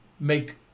make